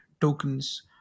tokens